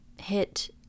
hit